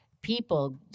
people